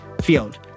FIELD